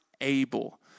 able